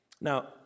Now